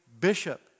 bishop